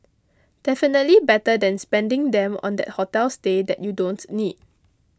definitely better than spending them on that hotel stay that you don't need